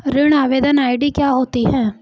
ऋण आवेदन आई.डी क्या होती है?